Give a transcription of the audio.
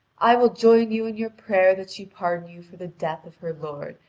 i will join you in your prayer that she pardon you for the death of her lord,